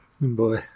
boy